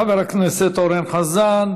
אחריה, חבר הכנסת אכרם חסון.